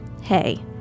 hey